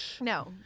No